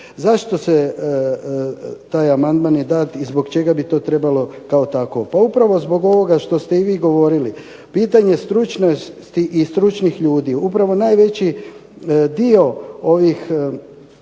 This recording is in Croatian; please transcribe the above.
Zašto se taj amandman je dat i zbog čega bi to trebalo kao takvo? Pa upravo zbog ovoga što ste i vi govorili. Pitanje stručnosti i stručnih ljudi. Upravo najveći dio ovih